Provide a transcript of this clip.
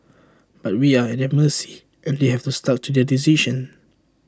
but we are at their mercy and they have stuck to their decision